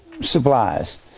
supplies